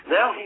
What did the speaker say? Now